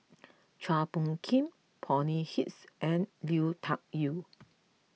Chua Phung Kim Bonny Hicks and Lui Tuck Yew